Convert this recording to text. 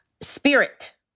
spirit